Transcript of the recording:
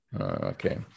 Okay